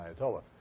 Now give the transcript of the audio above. Ayatollah